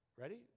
ready